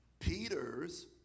Peter's